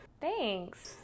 Thanks